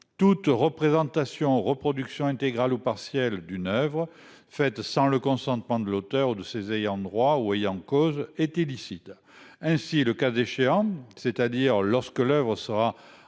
Toute représentation reproduction intégrale ou partielle d'une oeuvre faite sans le consentement de l'auteur ou de ses ayants droit ou ayants cause était licite. Ainsi, le cas échéant, c'est-à-dire lorsque le vent sera